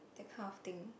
that kind of thing